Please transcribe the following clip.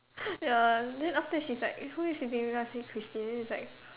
ya then after that she's like eh who you sitting with then I say Christine then she's like